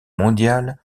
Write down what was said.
mondiale